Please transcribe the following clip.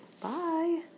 Bye